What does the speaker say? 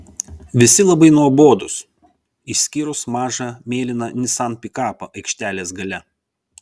visi labai nuobodūs išskyrus mažą mėlyną nissan pikapą aikštelės gale